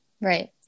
right